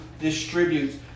distributes